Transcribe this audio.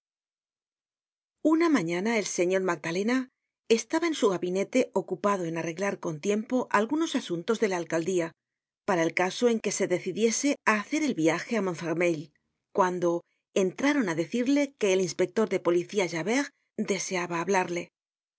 una mañana el señor magdalena estaba en su gabinete ocupado en arreglar con tiempo algunos asuntos de la alcaldía para el caso en que se decidiese á hacer el viaje á montfermeil cuando entraron á decirle que el inspector de policía javert deseaba hablarle